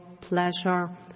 pleasure